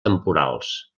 temporals